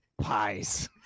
pies